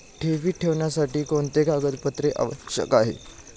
ठेवी ठेवण्यासाठी कोणते कागदपत्रे आवश्यक आहे?